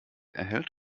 erhält